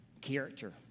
character